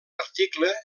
article